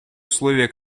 условия